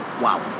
Wow